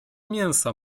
mięsa